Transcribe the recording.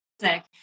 sick